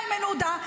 ואיימן עודה,